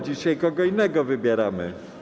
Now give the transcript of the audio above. Dzisiaj kogo innego wybieramy.